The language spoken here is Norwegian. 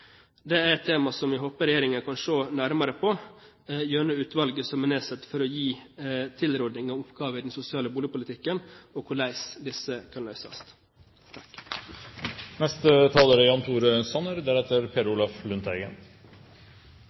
et tema som jeg håper regjeringen kan se nærmere på gjennom utvalget som er nedsatt for å gi tilrådinger om oppgaver i den sosiale boligpolitikken og hvordan disse kan løses.